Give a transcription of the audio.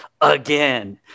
again